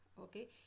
Okay